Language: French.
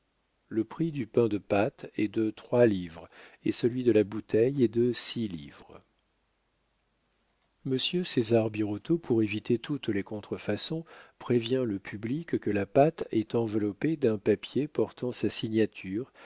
le prix du pain de pâte est de trois livres et celui de la bouteille est de six livres monsieur césar birotteau pour éviter toutes les contrefaçons prévient le public que la pâte est enveloppée d'un papier portant sa signature